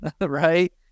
Right